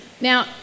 Now